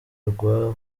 rwa